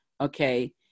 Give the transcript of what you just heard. Okay